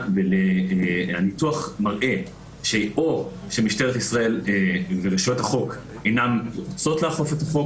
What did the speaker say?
הניתוח מראה שאו שמשטרת ישראל ורשויות החוק אינן רוצות לאכוף את החוק,